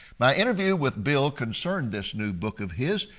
my interview with bill concerned this new book of his.